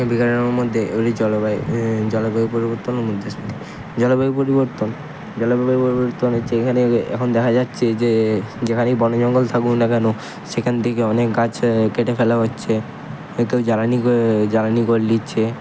বেকারের মধ্যে জলবায়ুর জলবায়ুর পরিবর্তন ও মুদ্রাস্ফীতি জলবায়ুর পরিবর্তন জলবায়ুর পরিবর্তন হচ্ছে এখানে এখন দেখা যাচ্চে যে যেখানেই বন জঙ্গল থাকুক না কেন সেখান থেকে অনেক গাছ কেটে ফেলা হচ্ছে কেউ জ্বালানি ক জ্বালানি করে নিচ্ছে